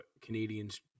Canadians